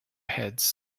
heads